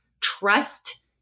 Trust